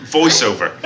voiceover